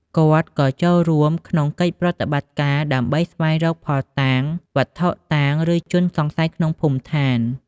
គាត់ក៏ចូលរួមក្នុងកិច្ចប្រតិបត្តិការដើម្បីស្វែងរកភស្តុតាងវត្ថុតាងឬជនសង្ស័យក្នុងមូលដ្ឋាន។